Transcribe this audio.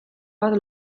bat